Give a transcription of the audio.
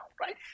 right